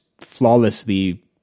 flawlessly